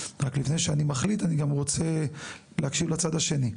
רק לפני שאני מחליט אני רוצה להקשיב לצד השני.